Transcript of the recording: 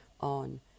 on